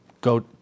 go